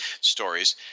stories